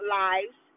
lives